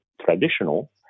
traditional